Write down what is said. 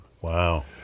wow